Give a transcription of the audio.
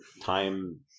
time